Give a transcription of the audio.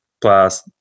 plus